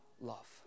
love